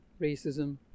racism